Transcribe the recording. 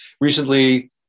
Recently